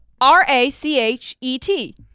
R-A-C-H-E-T